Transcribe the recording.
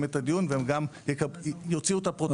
את הדיון והם גם יוציאו את הפרוטוקול.